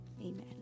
Amen